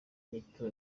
nyito